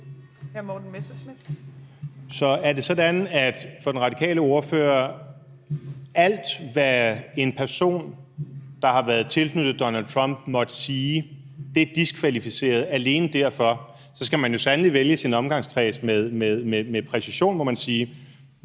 Så er det sådan, at for den radikale ordfører er alt, hvad en person, der har været tilknyttet Donald Trump, måtte sige, diskvalificeret alene derfor? Så skal man jo sandelig vælge sin omgangskreds med præcision, må man sige.